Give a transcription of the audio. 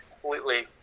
completely